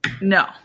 No